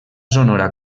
sonora